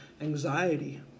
anxiety